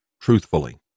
truthfully